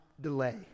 delay